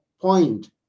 point